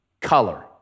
color